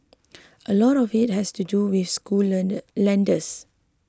a lot of it has to do with school lender lenders